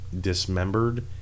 dismembered